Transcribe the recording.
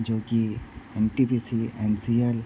जो की N T P C N C L